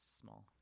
Small